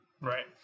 right